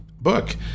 book